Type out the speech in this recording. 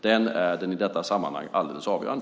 Den är i detta sammanhang alldeles avgörande.